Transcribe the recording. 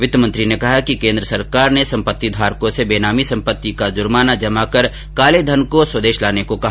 वित्त मंत्री ने कहा कि केन्द्र सरकार ने सम्पत्तिधारकों से बेनामी संपति का जुर्माना जमा कर काले धन को स्वदेश लाने को कहा